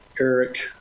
Eric